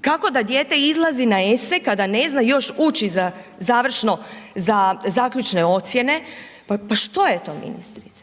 Kako da dijete izlazi na esej kada ne zna još ući za završno, za zaključne ocjene. Pa što je to ministrice?